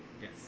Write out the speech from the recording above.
Yes